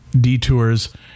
detours